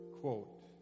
quote